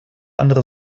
andere